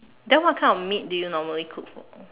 then what kind of meat do you normally cook for